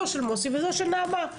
לא של מוסי ולא של נעמה.